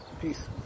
Peace